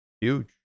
Huge